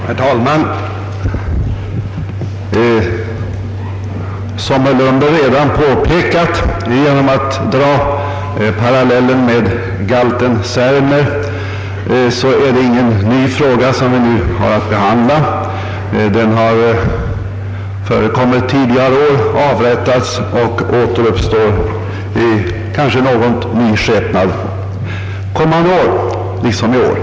Herr talman! Som herr Lundberg redan har påpekat genom att dra parallellen med galten Särimner är det ingen ny fråga som vi nu har att behandla. Den har förekommit tidigare år, avrättats och återuppstår i kanske något ny skepnad kommande år liksom i år.